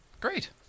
Great